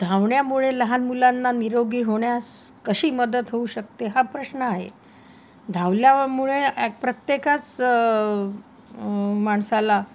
धावण्यामुळे लहान मुलांना निरोगी होण्यास कशी मदत होऊ शकते हा प्रश्न आहे धावल्यामुळे ॲक् प्रत्येकाच माणसाला